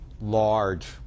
large